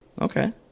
Okay